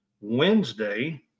Wednesday